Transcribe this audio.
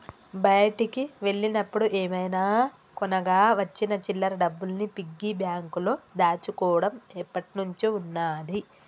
బయటికి వెళ్ళినప్పుడు ఏమైనా కొనగా వచ్చిన చిల్లర డబ్బుల్ని పిగ్గీ బ్యాంకులో దాచుకోడం ఎప్పట్నుంచో ఉన్నాది